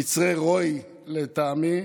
קצרי רואי לטעמי,